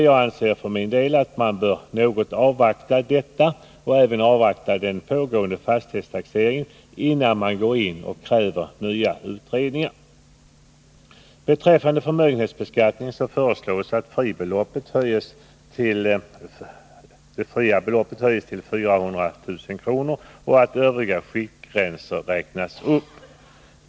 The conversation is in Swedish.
Jag anser för min del att man bör avvakta dessa utredningar och även avvakta den pågående fastighetstaxeringen, innan man går in och kräver nya utredningar. Beträffande förmögenhetsbeskattningen föreslås att det skattefria beloppet höjs till 400 000 kr. och att övriga skiktgränser räknas upp.